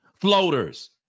floaters